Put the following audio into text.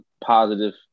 positive